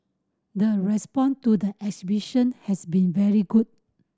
the response to the exhibition has been very good